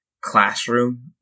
classroom